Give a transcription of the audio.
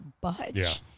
budge